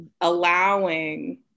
allowing